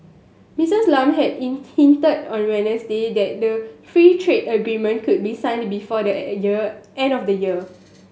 Missus Lam had in hinted on Wednesday that the free trade agreement could be signed before the year end of the year